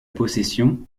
possession